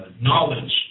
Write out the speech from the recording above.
knowledge